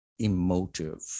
emotive